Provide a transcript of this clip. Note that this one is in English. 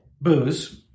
Booze